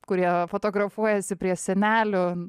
kurie fotografuojasi prie senelių